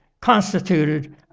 constituted